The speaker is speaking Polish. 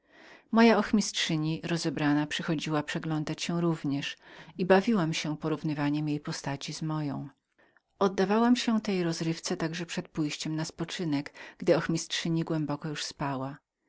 moja ochmistrzyni również w lekkiem ubraniu przychodziła przeglądać się i bawiłam się porównaniem jej postaci z moją oddawałam się także tej rozrywce przed pójściem na spoczynek gdy moja ochmistrzyni głęboko już spała